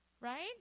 right